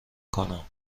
کنم